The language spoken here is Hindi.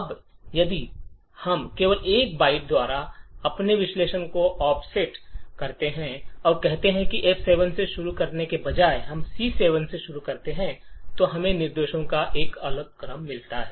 अब यदि हम केवल 1 बाइट द्वारा अपने विश्लेषण को ऑफसेट करते हैं और कहते हैं कि F7 से शुरू करने के बजाय हम C7 से शुरू करते हैं तो हमें निर्देशों का एक अलग क्रम मिलता है